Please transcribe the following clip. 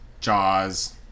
Jaws